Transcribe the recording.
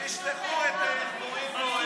שישלחו את איך קוראים לו,